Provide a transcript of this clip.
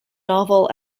novel